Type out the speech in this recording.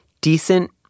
decent